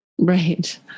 Right